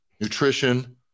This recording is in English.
nutrition